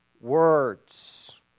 words